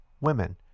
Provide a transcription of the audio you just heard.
women